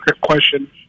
question